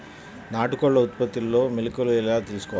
నాటుకోళ్ల ఉత్పత్తిలో మెలుకువలు ఎలా తెలుసుకోవాలి?